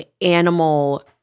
animal